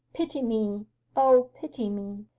pity me o, pity me!